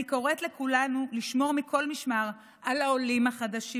אני קוראת לכולנו לשמור מכל משמר על העולים החדשים